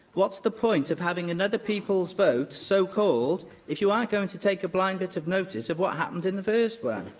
what's the point of having another people's vote so called if you aren't going to take a blind bit of notice of what happened in the first one?